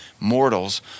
mortals